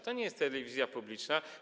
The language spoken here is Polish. To nie jest telewizja publiczna.